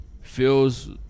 feels